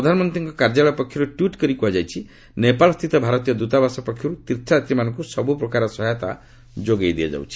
ପ୍ରଧାନମନ୍ତ୍ରୀଙ୍କ କାର୍ଯ୍ୟାଳୟ ପକ୍ଷରୁ ଟ୍ୱିଟ୍ କରି କୁହାଯାଇଛି ନେପାଳ ସ୍ଥିତ ଭାରତୀୟ ଦ୍ରତାବାସ ପକ୍ଷରୁ ତୀର୍ଥଯାତ୍ରୀମାନଙ୍କୁ ସବୁ ପ୍ରକାର ସହାୟତା ଯୋଗାଇ ଦିଆଯାଉଛି